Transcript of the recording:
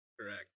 correct